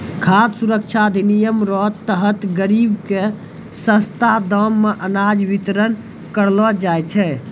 खाद सुरक्षा अधिनियम रो तहत गरीब के सस्ता दाम मे अनाज बितरण करलो जाय छै